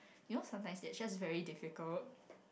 you know sometimes that's just very difficult